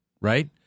Right